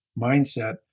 mindset